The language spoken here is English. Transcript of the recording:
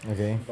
okay